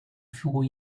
four